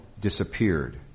disappeared